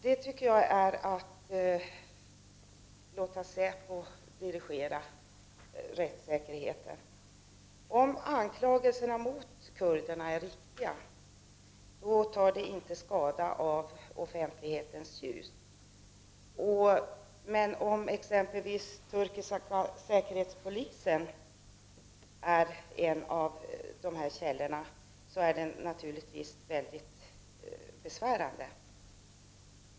Det tycker jag är att låta säpo dirigera rättssäkerheten. Om anklagelserna mot kurderna är riktiga tar saken inte skada av offentlighetens ljus. Men om exempelvis turkiska säkerhetspolisen är en av dessa källor är det naturligtvis mycket besvärande.